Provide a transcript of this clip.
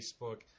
Facebook